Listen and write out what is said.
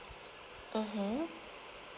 mmhmm